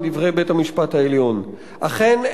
מדברי בית-המשפט העליון: "אכן,